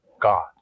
God